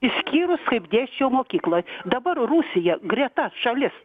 išskyrus kaip dėsčiau mokykloj dabar rusija greta šalis